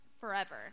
forever